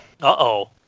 Uh-oh